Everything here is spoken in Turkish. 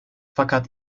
fakat